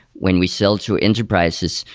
when we sell to enterprises,